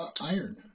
iron